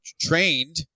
trained